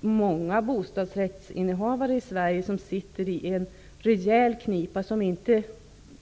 Många bostadsrättshavare i Sverige sitter i en rejäl knipa som de inte